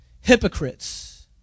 hypocrites